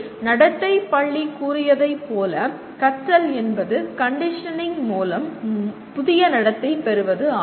இங்கே நடத்தைப்பள்ளி கூறியது போல கற்றல் என்பது கண்டிஷனிங் மூலம் புதிய நடத்தை பெறுவது ஆகும்